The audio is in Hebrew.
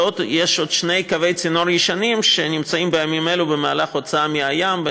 ויש עוד שני קווי צינור ישנים שנמצאים בימים אלו במהלך הוצאה מהים,